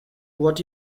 what